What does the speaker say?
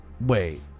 Wait